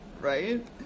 right